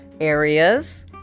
areas